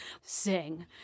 sing